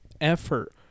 effort